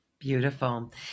Beautiful